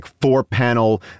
four-panel